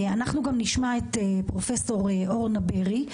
אנחנו גם נשמע את ד"ר אורנה ברי,